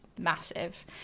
massive